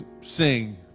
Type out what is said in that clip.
sing